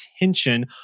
attention